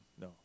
No